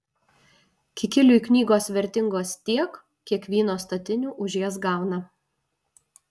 kikiliui knygos vertingos tiek kiek vyno statinių už jas gauna